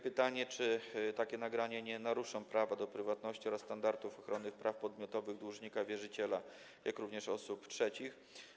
Pytanie, czy takie nagrania nie naruszą prawa do prywatności oraz standardów ochrony praw podmiotowych zarówno dłużnika, wierzyciela, jak również osób trzecich.